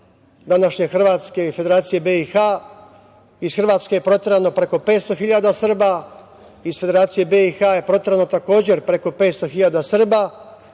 današnje Hrvatske i Federacije BiH. Iz Hrvatske je proterano preko 500.000 Srba, a iz Federacije BiH je proterano takođe preko 500.000 Srba